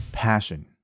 passion